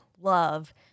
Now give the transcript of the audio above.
love